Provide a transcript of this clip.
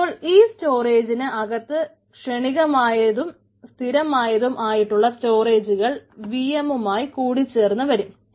അപ്പോൾ ഈ സ്റ്റോറേജിന് അകത്ത് ക്ഷണികമായതും സ്ഥിരമായതും ആയിട്ടുള്ള സ്റ്റോറേജുകൾ വി എമ്മുമായി കൂടിച്ചേർന്ന് വരും